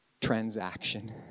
transaction